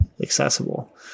accessible